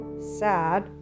sad